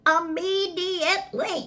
Immediately